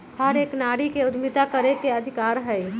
हर एक नारी के उद्यमिता करे के अधिकार हई